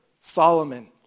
Solomon